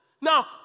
now